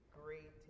great